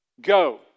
Go